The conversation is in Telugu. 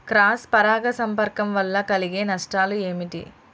క్రాస్ పరాగ సంపర్కం వల్ల కలిగే నష్టాలు ఏమిటి?